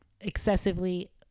excessively